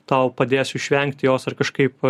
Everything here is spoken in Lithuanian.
tau padėsiu išvengti jos ar kažkaip